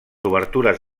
obertures